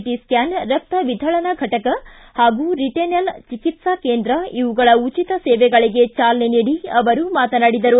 T ಸ್ಟಾನ್ ರಕ್ತ ವಿಧಳನಾ ಘಟಕ ಹಾಗೂ ರೆಟಿನಲ್ ಚಿಕಿತ್ಸಾ ಕೇಂದ್ರ ಇವುಗಳ ಉಚಿತ ಸೇವೆಗಳಿಗೆ ಚಾಲನೆ ನೀಡಿ ಅವರು ಮಾತನಾಡಿದರು